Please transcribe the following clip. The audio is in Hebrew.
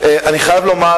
אני חייב לומר,